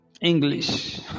english